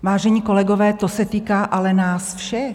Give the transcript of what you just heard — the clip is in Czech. Vážení kolegové, to se týká ale nás všech.